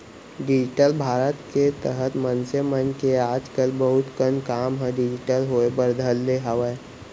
digital Bharat के तहत मनसे मन के आज कल बहुत कन काम ह डिजिटल होय बर धर ले हावय